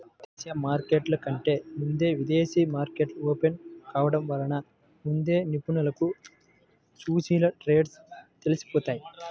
దేశీయ మార్కెట్ల కంటే ముందే విదేశీ మార్కెట్లు ఓపెన్ కావడం వలన ముందే నిపుణులకు సూచీల ట్రెండ్స్ తెలిసిపోతాయి